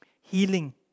healing